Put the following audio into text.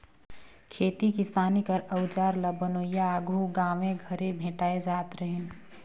खेती किसानी कर अउजार ल बनोइया आघु गाँवे घरे भेटाए जात रहिन